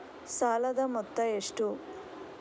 ಸಾಲದ ಮೊತ್ತ ಎಷ್ಟು?